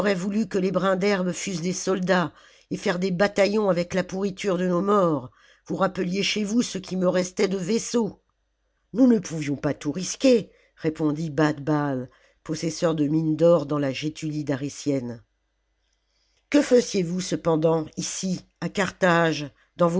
voulu que les brins d'herbe fussent des soldats et faire des bataillons avec la pourriture de nos morts vous rappeliez chez vous ce qui me restait de vaisseaux nous ne pouvions pas tout risquer répondit baai baal possesseur de mines d'or dans la gétulie dar que faisiez-vous cependant ici à carthage